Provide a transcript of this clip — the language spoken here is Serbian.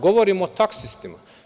Govorim o taksistima.